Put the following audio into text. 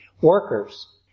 Workers